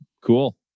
cool